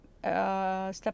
Step